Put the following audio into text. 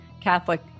Catholic